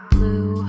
Blue